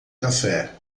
café